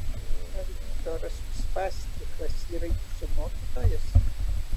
ar viktoras uspaskichas yra jūsų mokytojas